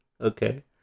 Okay